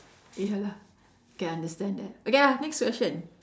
ya lah can understand that okay ah next question